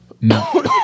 No